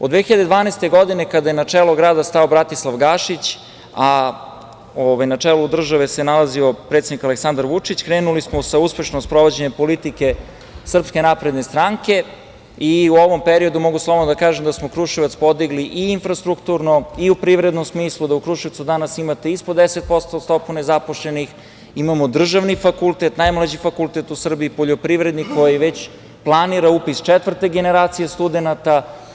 Od 2012. godine, kada je na čelo grada stao Bratislav Gašić, a na čelu države se nalazio predsednik Aleksandar Vučić, krenuli smo sa uspešnim sprovođenjem politike SNS i u ovom periodu mogu slobodno da kažem da smo Kruševac podigli i infrastrukturno, i u privrednom smislu, da u Kruševcu danas imate ispod 10% stopu nezaposlenih, imamo državni fakultet, najmlađi fakultet u Srbiji, poljoprivredni koji već planira upis četvrte generacije studenata.